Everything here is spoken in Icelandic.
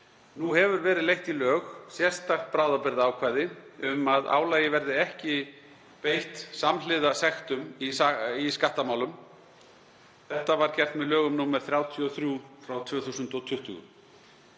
Nú hefur verið leitt í lög sérstakt bráðabirgðaákvæði um að álag verði ekki lagt á samhliða sektum í skattamálum. Það var gert með lögum nr. 33/2020.